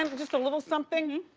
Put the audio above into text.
um just a little something,